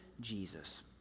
Jesus